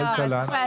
יעל סלנט.